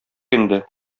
инде